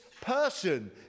person